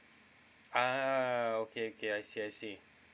ah okay okay I see I see